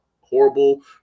horrible